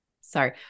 sorry